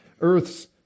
Earth's